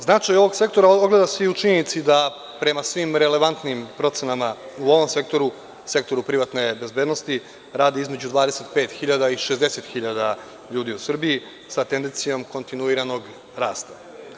Značaj ovog sektora ogleda se i u činjenici da prema svim relevantnim procenama u ovom sektoru, sektoru privatne bezbednosti radi između 25.000 i 60.000 ljudi u Srbiji sa tendencijom kontinuiranog rasta.